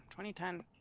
2010